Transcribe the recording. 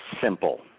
simple